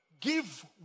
give